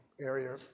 area